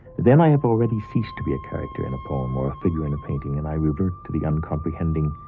then i have already ceased to be a character in a poem or a figure in a painting, and i revert to the uncomprehending,